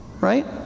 Right